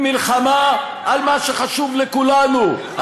היא מלחמה על מה שחשוב לכולנו,